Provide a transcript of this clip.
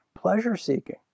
pleasure-seeking